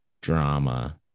drama